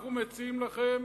אנחנו מציעים לכם